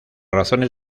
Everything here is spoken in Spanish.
razones